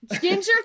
Ginger